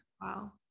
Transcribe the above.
Wow